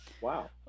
Wow